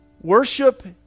worship